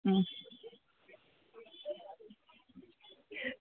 હમ